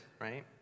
right